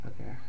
Okay